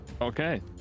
Okay